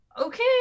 okay